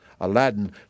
Aladdin